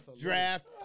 draft